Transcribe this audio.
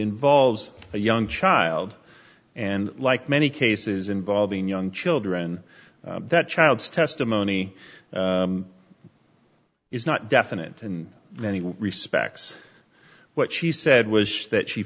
involves a young child and like many cases involving young children that child's testimony is not definite and many respects what she said was that she